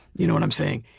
you know what i'm saying,